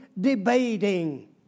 debating